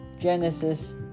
Genesis